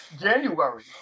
January